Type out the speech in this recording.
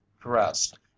dressed